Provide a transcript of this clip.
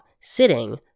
sitting